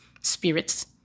spirits